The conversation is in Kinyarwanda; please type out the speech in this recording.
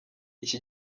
iki